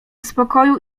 spokoju